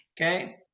Okay